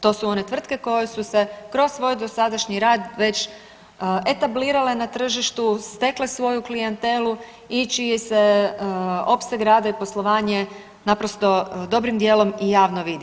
To su one tvrtke koje su se kroz svoj dosadašnji rad već etablirale na tržištu, stekle svoju klijentelu i čiji se opseg rada i poslovanje naprosto dobrim dijelom i javno vidi.